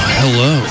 hello